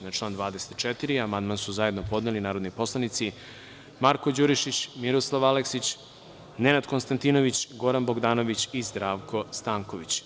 Na član 24. amandman su zajedno podneli su narodni poslanici Marko Đurišić, Miroslav Aleksić, Nenad Konstantinović, Goran Bogdanović i Zdravko Stanković.